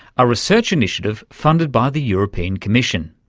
a research initiative funded by the european commission.